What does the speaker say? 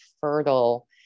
fertile